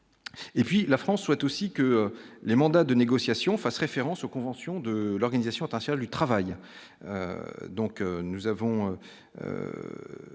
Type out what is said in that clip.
Et puis, la France souhaite aussi que les mandats de négociation fasse référence aux conventions de l'Organisation du travail,